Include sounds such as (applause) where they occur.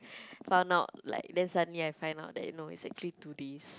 (breath) found out like then suddenly I find out that is actually two days